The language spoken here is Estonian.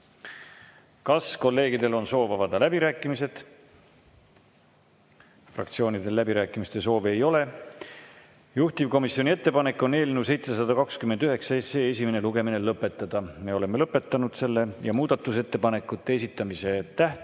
Kas kolleegidel on soov avada läbirääkimised? Fraktsioonidel läbirääkimiste soovi ei ole. Juhtivkomisjoni ettepanek on eelnõu 729 esimene lugemine lõpetada. Me oleme selle lõpetanud. Muudatusettepanekute esitamise tähtaeg